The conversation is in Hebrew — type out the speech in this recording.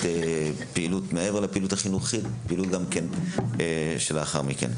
פעילות מעבר לפעילות החינוכית לאחר מכן,